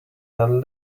handle